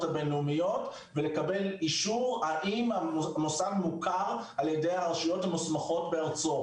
הבינלאומיות ולקבל אישור האם המוסד מוכר על-ידי הרשויות המוסמכות בארצו.